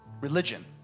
religion